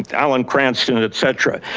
and alan kransten et cetera.